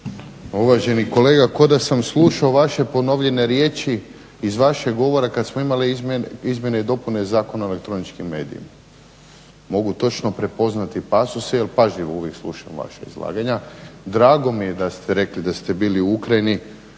Uvaženi kolega, kao da sam slušao vaše ponovljene riječi iz vašeg govora kada smo imali izmjene i dopune Zakona o elektroničkim medijima. Mogu točno prepoznati pasose jer pažljivo uvijek slušam vaša izlaganja. Drago mi je da ste rekli da ste bili u Ukrajini,